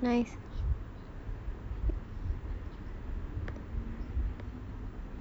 no